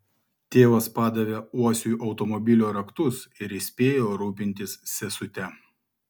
tėvas padavė uosiui automobilio raktus ir įspėjo rūpintis sesute